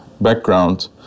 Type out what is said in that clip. background